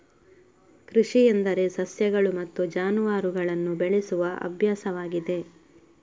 ಕೃಷಿ ಎಂದರೆ ಸಸ್ಯಗಳು ಮತ್ತು ಜಾನುವಾರುಗಳನ್ನು ಬೆಳೆಸುವ ಅಭ್ಯಾಸವಾಗಿದೆ